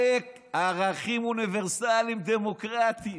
עלק ערכים אוניברסליים, דמוקרטיים.